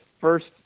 first